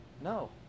no